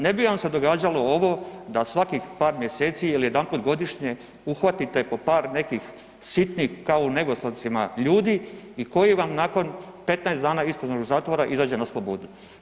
Ne bi vam se događalo ovo da svakih par mjeseci ili jedanput godišnje uhvatite po par nekih sitnih, kao u Negoslavcima ljudi i koji vam nakon 15 dana istražnog zatvora izađe na slobodu.